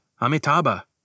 Amitabha